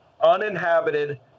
uninhabited